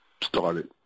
started